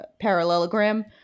parallelogram